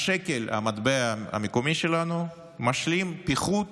השקל, המטבע המקומי שלנו, משלים פיחות